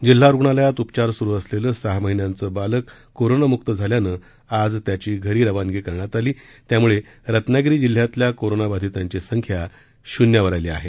जिल्हा रुग्णालयात उपचार सुरू असलेलं सहा महिन्यांचं बालक करोनामुक झाल्यानं आज त्याची घरी रवानगी करण्यात आली त्यामुळे रत्नागिरी जिल्ह्यातल्या करोनाबाधितांची संख्या शून्यावर आली आहे